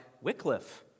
Wycliffe